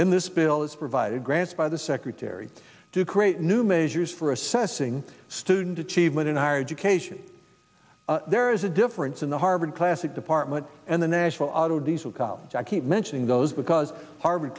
in this bill as provided grants by the secretary to create new measures for assessing student achievement in higher education there is a difference in the harvard classics department and the national auto diesel college i keep mentioning those because harvard